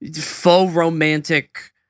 faux-romantic